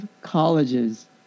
colleges